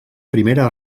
primera